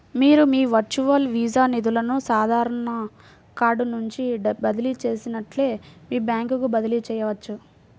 మీరు మీ virtual visa నిధులను సాధారణ కార్డ్ నుండి బదిలీ చేసినట్లే మీ బ్యాంకుకు బదిలీ చేయవచ్చు